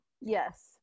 Yes